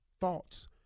thoughts